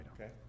Okay